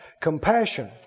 Compassion